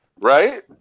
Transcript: right